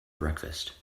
breakfast